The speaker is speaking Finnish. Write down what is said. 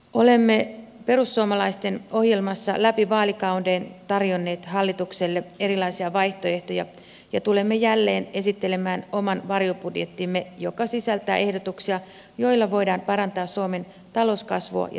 olemme perussuomalaisten ohjelmassa läpi vaalikauden tarjonneet hallitukselle erilaisia vaihtoehtoja ja tulemme jälleen esittelemään oman varjobudjettimme joka sisältää ehdotuksia joilla voidaan parantaa suomen talouskasvua ja työllisyyttä